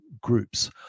groups